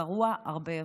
גרוע הרבה יותר.